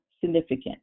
significant